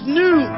new